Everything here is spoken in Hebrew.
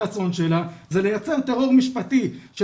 הרצון שלה זה לייצר טרור משפטי של